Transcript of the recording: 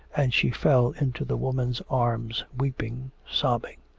and she fell into the woman's arms, weeping, sobbing.